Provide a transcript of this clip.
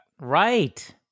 Right